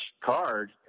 card